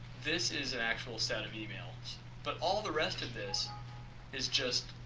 this is an actual set of emails but all the rest of this is just